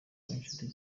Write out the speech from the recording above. inshuti